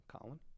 Colin